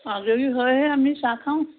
আজৰি হৈহে আমি চাহ খাওঁ